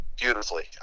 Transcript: beautifully